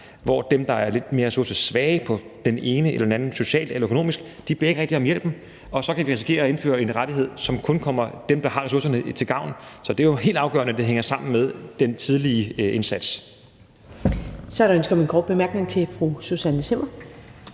hvorimod dem, der er lidt mere ressourcesvage på den ene eller den anden måde, socialt eller økonomisk, ikke rigtig beder om hjælp, og så kan vi risikere at indføre en rettighed, som kun kommer dem, der har ressourcerne, til gavn. Så det er jo helt afgørende, at det hænger sammen med den tidlige indsats. Kl. 15:51 Første næstformand (Karen Ellemann): Så er